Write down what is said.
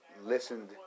listened